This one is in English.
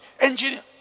Engineer